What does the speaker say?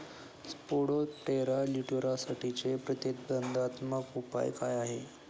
Spodoptera लिट्युरासाठीचे प्रतिबंधात्मक उपाय काय आहेत?